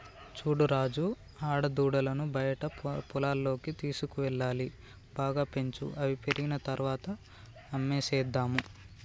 చూడు రాజు ఆడదూడలను బయట పొలాల్లోకి తీసుకువెళ్లాలి బాగా పెంచు అవి పెరిగిన తర్వాత అమ్మేసేద్దాము